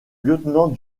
lieutenant